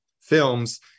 films